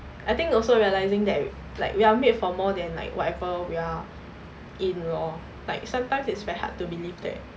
I think also realizing that like we are made for more than like whatever we are in lor like sometimes it's very hard to believe that